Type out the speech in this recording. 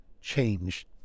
change